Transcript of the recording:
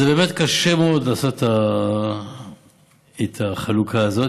זה באמת קשה מאוד לעשות את החלוקה הזאת,